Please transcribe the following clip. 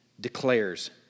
declares